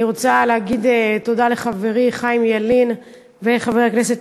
אני רוצה להגיד תודה לחברי חיים ילין ולחבר הכנסת